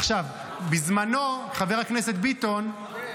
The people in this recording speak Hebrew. עכשיו, בזמנו, חבר הכנסת ביטון --- כן.